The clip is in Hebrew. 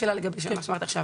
עוד שאלה לגבי מה שאמרת עכשיו.